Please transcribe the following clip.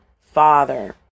Father